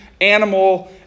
animal